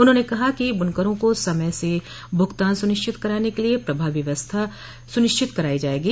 उन्होंने कहा कि बुनकरों को समय से भुगतान सुनिश्चित कराने के लिये प्रभावी व्यवस्था सुनिश्चित कराई जायेगी